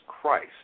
Christ